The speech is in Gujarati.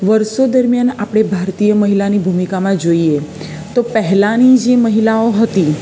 વર્ષો દરમ્યાન આપણે ભારતીય મહિલાની ભૂમિકામાં જોઈએ તો પહેલાંની જે મહિલાઓ હતી